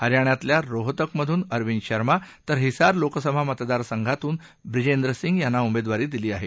हरयाणातल्या रोहतकमधून अरविंद शर्मा तर हिसार लोकसभा मतदारसंघातून ब्रिजेंद्र सिंग यांना उमेदवारी दिली आहे